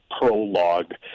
prologue